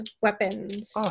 weapons